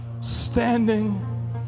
standing